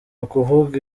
ukuvuga